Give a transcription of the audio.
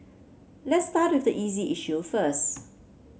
let's start with the easy issue first